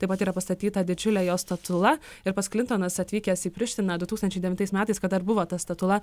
taip pat yra pastatyta didžiulė jo statula ir pats klintonas atvykęs į prištiną du tūkstančiai devintais metais kad dar buvo ta statula